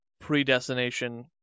predestination